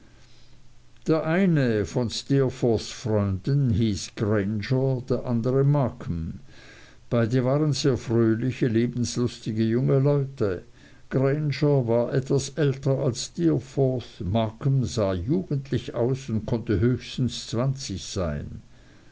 der eine von steerforths freunden hieß grainger der andere markham beide waren sehr fröhliche lebenslustige junge leute grainger war etwas älter als steerforth markham sah jugendlich aus und konnte höchstens zwanzig sein